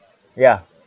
ya